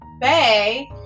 Bay